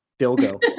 Dilgo